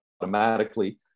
automatically